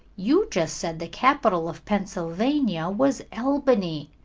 you just said the capital of pennsylvania was albany.